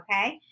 Okay